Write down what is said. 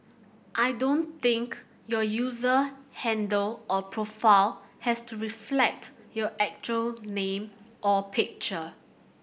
I don't think your user handle or profile has to reflect your actual name or picture